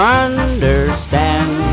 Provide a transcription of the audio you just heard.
understand